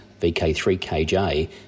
VK3KJ